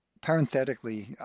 Parenthetically